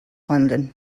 london